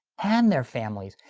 and their families,